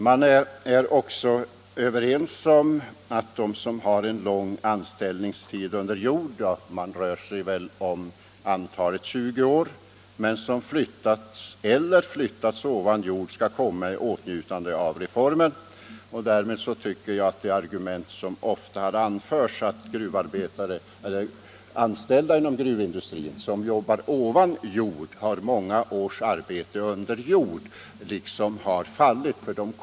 Man är också överens om att de som har lång anställningstid under jord — det rör sig om 20 år — men som flyttats eller flyttas ovan jord skall komma i åtnjutande av reformen. Därmed tycker jag att det argument som ofta har anförts — att ett stort antal anställda inom gruvindustrin, som jobbar ovan jord, har många års arbete under jord — har fallit.